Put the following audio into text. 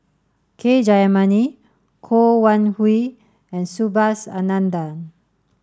k Jayamani Wan Hui and Subhas Anandan